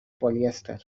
polyester